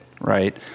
right